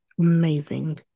amazing